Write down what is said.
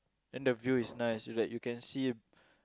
then the view is nice like you can see